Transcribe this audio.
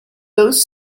those